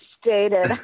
stated